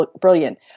brilliant